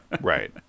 Right